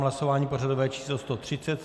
Hlasování pořadové číslo 130.